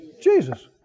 Jesus